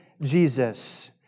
Jesus